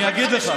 אני אגיד לך.